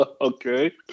Okay